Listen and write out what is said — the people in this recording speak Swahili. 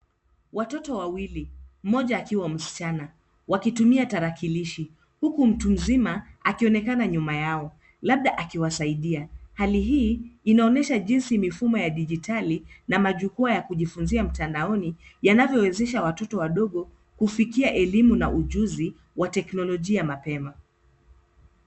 Watoto wawili, mmoja akiwa msichana, wakitumia tarakilishi huku mtu mzima akionekana nyuma yao labda akiwasaidia. Hali hii inaonyesha jinsi mifumo ya dijitali na majukwaa ya kujifunzia mtandaoni, yanavyowezesha watoto wadogo kufikia elimu na ujuzi wa teknolojia mapema.